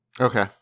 Okay